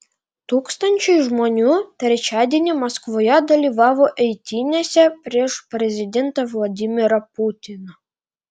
tūkstančiai žmonių trečiadienį maskvoje dalyvavo eitynėse prieš prezidentą vladimirą putiną